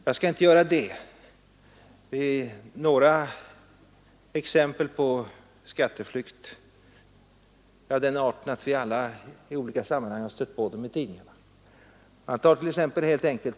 Jag skall inte göra det; några exempel på skatteflykt är av den arten att vi alla i några sammanhang har stött på den i tidningarna.